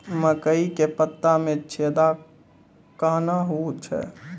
मकई के पत्ता मे छेदा कहना हु छ?